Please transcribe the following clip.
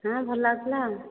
ହଁ ଭଲ ଲାଗୁଥିଲା ଆଉ